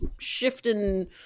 shifting